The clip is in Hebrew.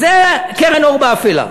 זו קרן אור באפלה.